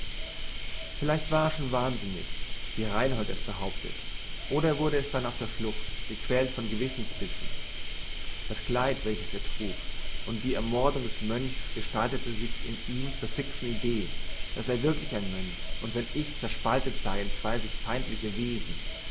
vielleicht war er schon wahnsinnig wie reinhold es behauptet oder er wurde es dann auf der flucht gequält von gewissensbissen das kleid welches er trug und die ermordung des mönchs gestaltete sich in ihm zur fixen idee daß er wirklich ein mönch und sein ich zerspaltet sei in zwei sich feindliche wesen